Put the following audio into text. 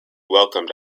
welcomed